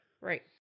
Right